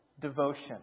devotion